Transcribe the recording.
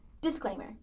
Disclaimer